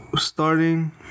starting